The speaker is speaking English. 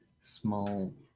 small